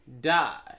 die